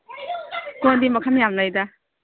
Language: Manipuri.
ꯀꯣꯟꯗꯤ ꯃꯈꯟ ꯌꯥꯝ ꯂꯩꯗ